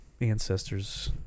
ancestors